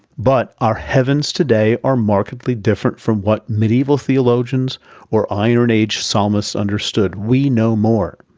but our heavens today are markedly different from what medieval theologians or iron age psalmists understood we know more.